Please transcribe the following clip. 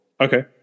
Okay